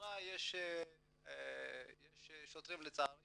שבמשטרה יש שוטרים לצערי